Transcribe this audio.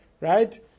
right